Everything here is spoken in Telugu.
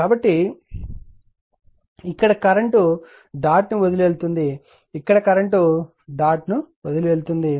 కాబట్టి ఇక్కడ కూడా కరెంట్ చుక్కను వదిలివెళ్తుంది ఇక్కడ కూడా కరెంట్ డాట్ ను వదిలి వెళ్తుంది